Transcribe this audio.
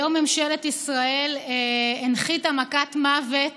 היום ממשלת ישראל הנחיתה מכת מוות